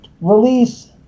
release